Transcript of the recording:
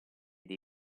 dei